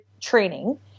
training